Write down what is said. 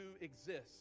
exist